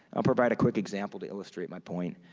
i'll provide a quick example to illustrate my point.